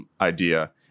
idea